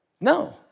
No